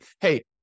hey